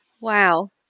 Wow